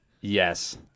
Yes